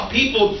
people